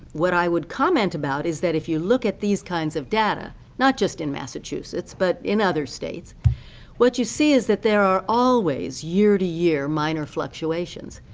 what i would comment about is that if you look at these kinds of data not just in massachusetts, but in other states what you see is that there are always year-to-year minor fluctuations.